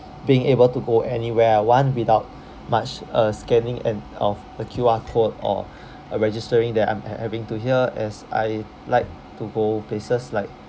being able to go anywhere I want without much uh scanning and of the Q_R code or uh registering that I'm h~ having to here as I like to go places like